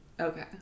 Okay